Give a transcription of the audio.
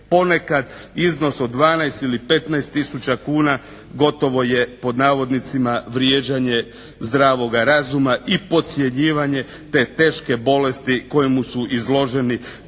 ponekad iznos od 12 ili 15 tisuća kuna gotovo je "vrijeđanje zdravoga razuma" i podcjenjivanje te teške bolesti kojemu su izloženi